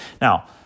Now